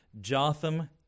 jotham